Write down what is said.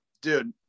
dude